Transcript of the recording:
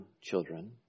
children